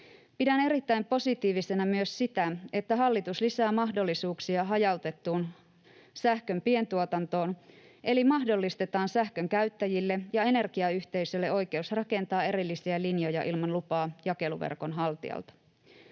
Pidän erittäin positiivisena myös sitä, että hallitus lisää mahdollisuuksia hajautettuun sähkön pientuotantoon, eli mahdollistetaan sähkönkäyttäjille ja energiayhteisölle oikeus rakentaa erillisiä linjoja ilman lupaa jakeluverkon haltijalta.